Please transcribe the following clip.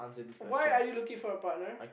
why are you looking for a partner